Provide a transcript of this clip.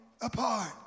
apart